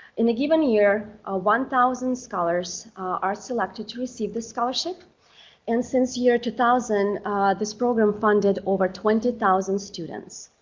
in a given year ah one thousand scholars are selected to receive the scholarship and since year two thousand this program funded over twenty thousand students.